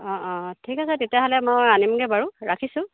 অঁ অঁ ঠিক আছে তেতিয়াহ'লে মই আনিমগৈ বাৰু ৰাখিছোঁ